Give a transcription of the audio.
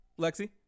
Lexi